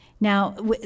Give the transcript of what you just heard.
Now